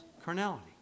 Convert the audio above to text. carnality